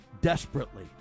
desperately